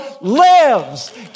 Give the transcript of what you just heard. lives